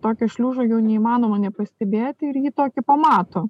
tokio šliužo jau neįmanoma nepastebėti ir jį tokį pamato